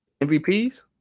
MVPs